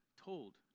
told